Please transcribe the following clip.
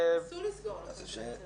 --- לסגור את בתי הספר.